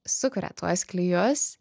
sukuria tuos klijus